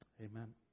Amen